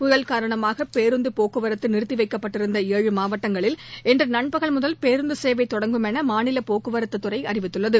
புயல் காரணமாக பேருந்து போக்குவரத்து நிறுத்தி வைக்கப்பட்டிருந்த ஏழு மாவட்டங்களில் இன்று நண்பகல் முதல் பேருந்து சேவை தொடங்கும் என மாநில போக்குவரத்துத் துறை அறிவித்துள்ளது